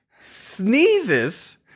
sneezes